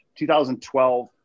2012